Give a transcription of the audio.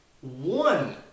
one